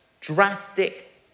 drastic